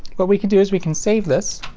what we can do is we can save this.